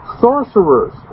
sorcerers